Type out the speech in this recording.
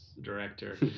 director